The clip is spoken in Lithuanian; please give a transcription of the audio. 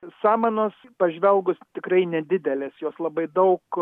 samanos pažvelgus tikrai nedidelės jos labai daug